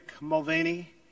Mulvaney